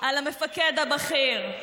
על המפקד הבכיר.